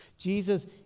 Jesus